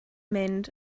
mynd